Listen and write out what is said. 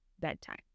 bedtime